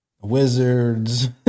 Wizards